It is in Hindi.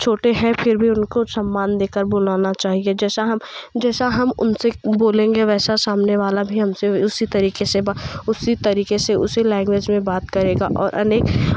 छोटे हैं फिर भी उनको सम्मान देकर बुलाना चाहिए जैसा हम जैसा हम उनसे बोलेंगे वैसा सामने वाला भी हमसे उसी तरीक़े से बा उसी तरीक़े से उसी लैंग्वेज में बात करेगा और अनेक और